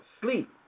Sleep